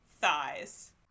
thighs